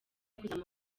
kuzamura